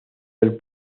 del